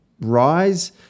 rise